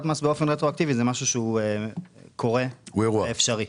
באופן רטרואקטיבי זה משהו שהוא קורה ואפשרי.